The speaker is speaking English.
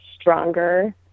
stronger